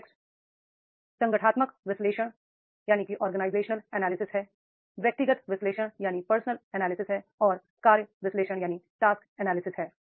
context organisational analysis personal analysis और task analysis है